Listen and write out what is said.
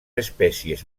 espècies